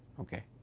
okay.